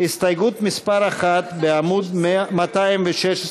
הסתייגות מס' 1 בעמוד 216,